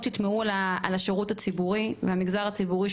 ייטמעו על השירות הציבורי והמגזר הציבורי,